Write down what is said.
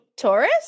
Taurus